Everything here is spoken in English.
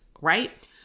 right